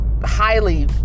highly